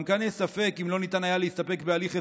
גם כאן יש ספק אם לא ניתן היה להסתפק בהליך אזרחי,